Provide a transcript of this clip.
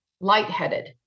lightheaded